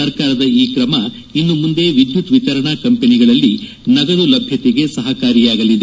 ಸರ್ಕಾರದ ಈ ಕ್ರಮ ಇನ್ನು ಮುಂದೆ ವಿದ್ಯುತ್ ವಿತರಣಾ ಕಂಪನಿಗಳಲ್ಲಿ ನಗದು ಲಭ್ಯತೆಗೆ ಸಹಕಾರಿಯಾಗಲಿದೆ